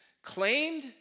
Claimed